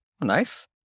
nice